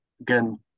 again